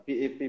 PAP